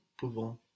pouvons